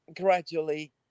gradually